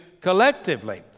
collectively